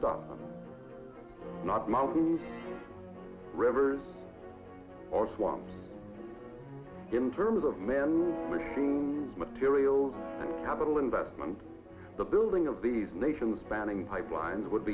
stop not mountain rivers or swamp in terms of man materials capital investment the building of these nations banning pipelines would